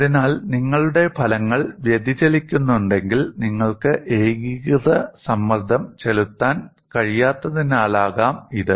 അതിനാൽ നിങ്ങളുടെ ഫലങ്ങൾ വ്യതിചലിക്കുന്നുണ്ടെങ്കിൽ നിങ്ങൾക്ക് ഏകീകൃത സമ്മർദ്ദം ചെലുത്താൻ കഴിയാത്തതിനാലാകാം ഇത്